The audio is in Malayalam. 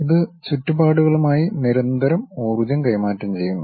ഇത് ചുറ്റുപാടുകളുമായി നിരന്തരം ഊർജ്ജം കൈമാറ്റം ചെയ്യുന്നു